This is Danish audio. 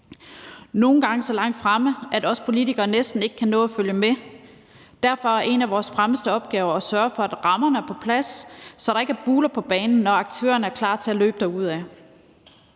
Nogle gange er de så langt fremme, at vi politikere næsten ikke kan nå at følge med. Derfor er en af vores fremmeste opgaver at sørge for, at rammerne er på plads, så der ikke er buler på banen, når aktørerne er klar til at løbe derudad.